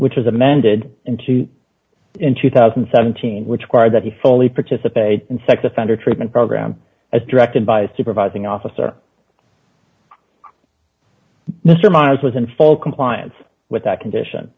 which was amended into in two thousand and seventeen which were that he fully participate in sex offender treatment program as directed by his supervising officer mr myers was in full compliance with that condition